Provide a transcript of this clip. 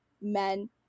men